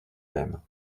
même